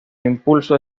impulso